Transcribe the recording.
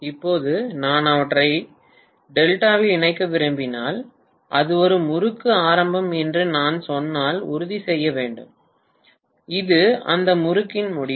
இப்போது நான் அவற்றை டெல்டாவில் இணைக்க விரும்பினால் இது ஒரு முறுக்கு ஆரம்பம் என்று நான் சொன்னால் உறுதி செய்ய வேண்டும் இது அந்த முறுக்கின் முடிவு